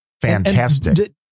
fantastic